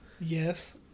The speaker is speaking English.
Yes